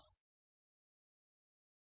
तर येथे लोड आहेत